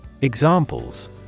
Examples